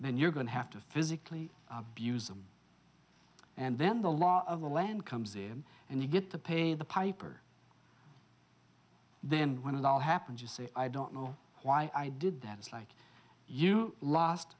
then you're going to have to physically abuse them and then the law of the land comes in and you get to pay the piper then when it all happens you say i don't know why i did that it's like you lost